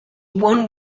one